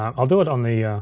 um i'll do it on the,